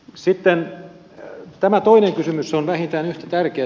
sitten tämä toinen kysymys on vähintään yhtä tärkeä